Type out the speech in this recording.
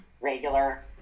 regular